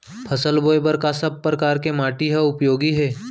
फसल बोए बर का सब परकार के माटी हा उपयोगी हे?